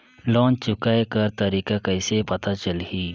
Loan चुकाय कर तारीक कइसे पता चलही?